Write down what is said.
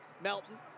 Melton